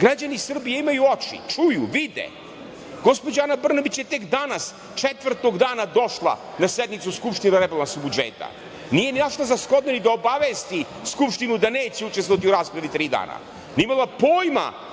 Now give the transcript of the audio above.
Građani Srbije imaju oči, čuju, vide. Gospođa Ana Brnabić je tek danas, četvrtog dana došla na sednicu Skupštine o rebalansu budžeta. Nije našla za shodno ni da obavesti Skupštinu da neće učestvovati u raspravi tri dana. Nije imala pojma